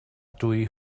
dwy